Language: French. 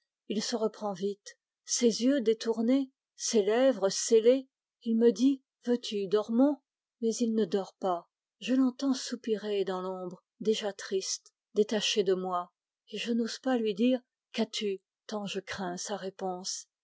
il se reprend vite ces yeux détournés ces lèvres scellées il me dit veux-tu dormons mais il ne dort pas je l'entends soupirer dans l'ombre déjà triste détaché de moi et je n'ose pas lui dire qu'as-tu tant je crains sa réponse